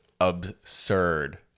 Absurd